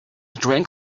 drink